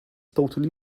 totally